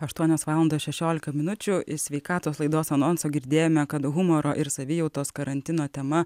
aštuonios valandos šešiolika minučių iš sveikatos laidos anonsą girdėjome kad humoro ir savijautos karantino tema